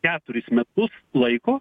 keturis metus laiko